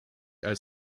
als